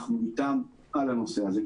אנחנו איתם על הנושא הזה.